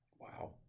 Wow